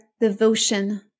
devotion